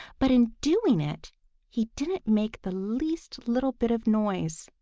but in doing it he didn't make the least little bit of noise.